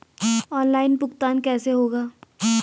Online भुगतान कैसे होगा?